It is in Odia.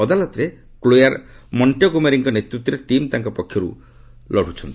ଅଦାଲତରେ କ୍ଲୋୟାର୍ ମଙ୍କେଗୋମେରୀଙ୍କ ନେତୃତ୍ୱରେ ଟିମ୍ ତାଙ୍କ ପକ୍ଷରୁ ଲଢୁଛନ୍ତି